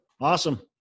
Awesome